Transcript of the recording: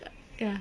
ya